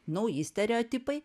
nauji stereotipai